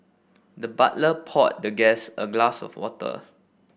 the butler poured the guest a glass of water